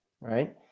right